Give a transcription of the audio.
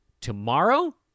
tomorrow